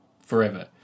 forever